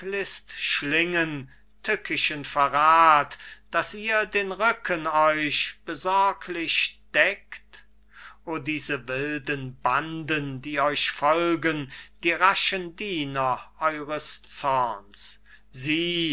tückischen verrath daß ihr den rücken euch besorglich deckt o diese wilden banden die euch folgen die raschen diener eures zorns sie sind